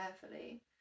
carefully